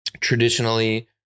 traditionally